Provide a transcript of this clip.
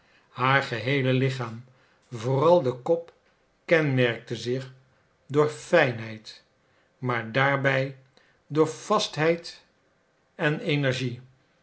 haar geheele lichaam vooral de kop kenmerkte zich door fijnheid maar daarbij door vastheid en energie